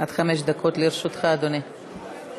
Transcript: עד חמש דקות לרשותך, אדוני.